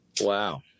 Wow